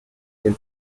den